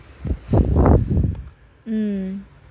mm